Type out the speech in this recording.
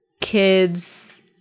kids